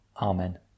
Amen